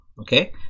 okay